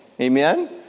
Amen